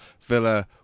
Villa